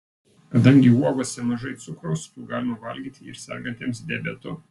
kadangi uogose mažai cukraus jų galima valgyti ir sergantiems diabetu